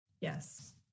yes